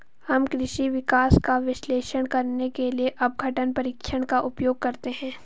हम कृषि विकास का विश्लेषण करने के लिए अपघटन परीक्षण का उपयोग करते हैं